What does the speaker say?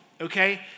okay